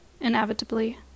Inevitably